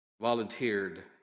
volunteered